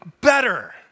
better